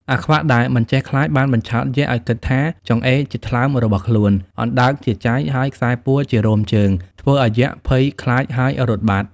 អាខ្វាក់ ដែលមិនចេះខ្លាច បានបញ្ឆោតយក្សឱ្យគិតថា ចង្អេរជាថ្លើមរបស់ខ្លួន អណ្តើកជាចៃ ហើយខ្សែពួរជា រោមជើង ធ្វើឱ្យយក្សភ័យខ្លាចហើយរត់បាត់ ។